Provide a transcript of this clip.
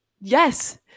Yes